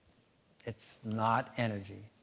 it's not energy.